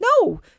No